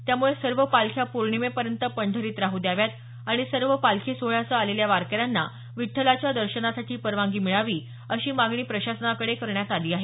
त्यामुळे सर्व पालख्या पौर्णिमेपर्यंत पंढरीत राहू द्याव्या आणि सर्व पालखी सोहळ्यासह आलेल्या वारकऱ्यांना विठ्ठलाच्या दर्शनासाठी परवानगी मिळावी अशी मागणी प्रशासनाकडे करण्यात आली आहे